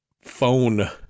phone